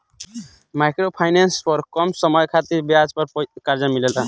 micro finance पर कम समय खातिर ब्याज पर कर्जा मिलेला